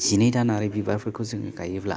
जिनै दानारि बिबारफोरखौ जोङो गायोब्ला